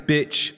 Bitch